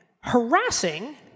harassing